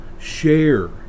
share